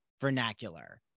vernacular